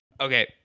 okay